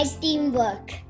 teamwork